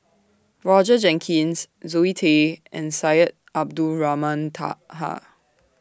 Roger Jenkins Zoe Tay and Syed Abdulrahman Taha